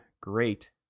great